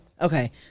Okay